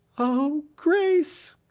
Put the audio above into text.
oh, grace.